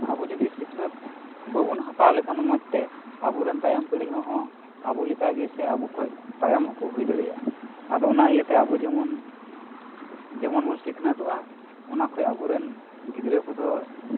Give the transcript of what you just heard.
ᱟᱵᱚ ᱡᱩᱫᱤ ᱥᱤᱠᱱᱟᱹᱛ ᱵᱟᱵᱚᱱ ᱦᱟᱛᱟᱣ ᱞᱮᱠᱷᱟᱱ ᱢᱚᱸᱡᱽ ᱛᱮ ᱟᱵᱚ ᱨᱮᱱ ᱛᱟᱭᱚᱢ ᱯᱤᱲᱦᱤ ᱦᱚᱸ ᱟᱵᱚ ᱞᱮᱠᱟ ᱜᱮ ᱥᱮ ᱟᱵᱚ ᱠᱷᱚᱱ ᱛᱟᱭᱚᱢ ᱦᱚᱸᱠᱚ ᱦᱩᱭ ᱫᱟᱲᱮᱭᱟᱜᱼᱟ ᱟᱫᱚ ᱚᱱᱟ ᱤᱭᱟᱹᱛᱮ ᱟᱵᱚ ᱡᱮᱢᱚᱱ ᱡᱮᱢᱚᱱ ᱵᱚᱱ ᱥᱤᱠᱱᱟᱹᱛᱚᱜᱼᱟ ᱚᱱᱟ ᱠᱷᱚᱱ ᱟᱵᱚᱨᱮᱱ ᱜᱤᱫᱽᱨᱟᱹ ᱠᱚᱫᱚ